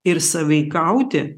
ir sąveikauti